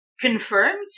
confirmed